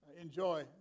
enjoy